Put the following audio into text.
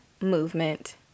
Movement